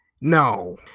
No